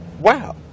Wow